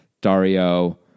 Dario